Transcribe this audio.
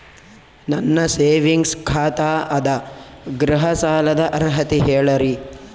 ನನ್ನ ಸೇವಿಂಗ್ಸ್ ಖಾತಾ ಅದ, ಗೃಹ ಸಾಲದ ಅರ್ಹತಿ ಹೇಳರಿ?